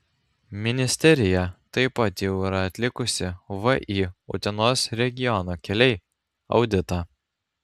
ministerija taip pat jau yra atlikusi vį utenos regiono keliai auditą